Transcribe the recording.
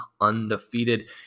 undefeated